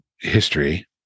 history